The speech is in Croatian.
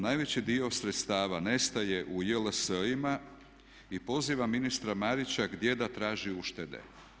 Najveći dio sredstava nestaje u JLS-ima i pozivam ministra Marića gdje da traži uštede.